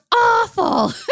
awful